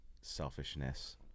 selfishness